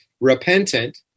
repentant